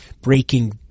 breaking